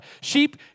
Sheep